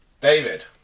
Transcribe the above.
David